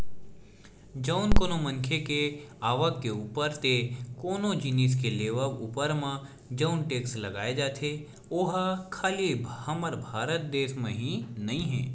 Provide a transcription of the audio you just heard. जउन कोनो मनखे के आवक के ऊपर ते कोनो जिनिस के लेवब ऊपर म जउन टेक्स लगाए जाथे ओहा खाली हमर भारत देस म ही नइ हे